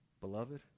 Beloved